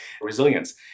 Resilience